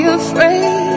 afraid